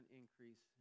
increase